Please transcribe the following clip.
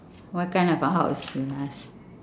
what kind of a house you will ask